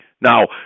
now